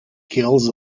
kills